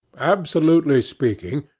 absolutely speaking,